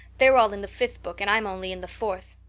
they're all in the fifth book and i'm only in the fourth.